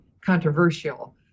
controversial